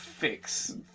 fix